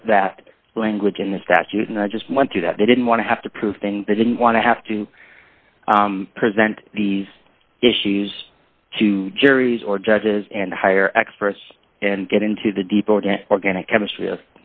put that language in the statute and i just went through that they didn't want to have to prove things they didn't want to have to present these issues to juries or judges and hire experts and get into the deep organic chemistry of